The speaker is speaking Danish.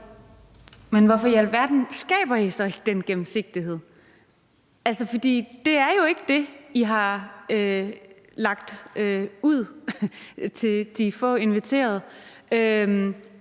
Men hvorfor i alverden skaber I så ikke gennemsigtighed? For det er jo ikke det, I har lagt ud til de få inviterede.